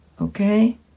okay